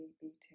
beating